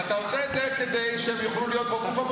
ואתה עושה את זה כדי שהם יוכלו להיות בגוף הבוחר.